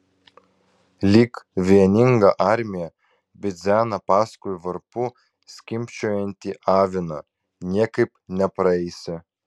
lyg vieninga armija bidzena paskui varpu skimbčiojantį aviną niekaip nepraeisi